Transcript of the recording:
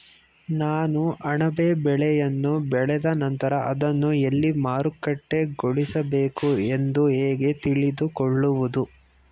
ನಾನು ಅಣಬೆ ಬೆಳೆಯನ್ನು ಬೆಳೆದ ನಂತರ ಅದನ್ನು ಎಲ್ಲಿ ಮಾರುಕಟ್ಟೆಗೊಳಿಸಬೇಕು ಎಂದು ಹೇಗೆ ತಿಳಿದುಕೊಳ್ಳುವುದು?